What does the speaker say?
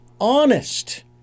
honest